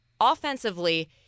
offensively